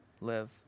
live